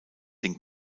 den